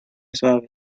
suave